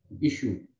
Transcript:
issue